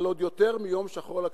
אבל עוד יותר מיום שחור לכנסת,